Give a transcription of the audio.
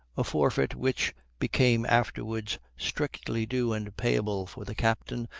a forfeit which became afterwards strictly due and payable for the captain,